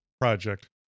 Project